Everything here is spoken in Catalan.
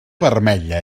vermella